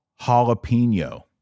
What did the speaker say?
jalapeno